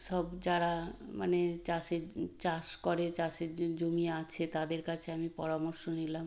সব যারা মানে চাষে চাষ করে চাষের জমি আছে তাদের কাছে আমি পরামর্শ নিলাম